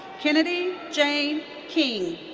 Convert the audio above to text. kennedy jane king.